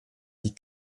die